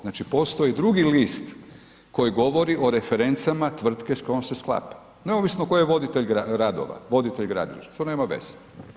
Znači, postoji drugi list koji govori o referencama tvrtke s kojoj se sklapa, neovisno tko je voditelj radova, voditelj gradilišta, to nema veze.